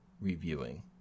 reviewing